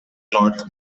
north